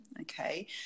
Okay